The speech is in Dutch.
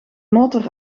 motor